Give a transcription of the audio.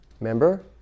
Remember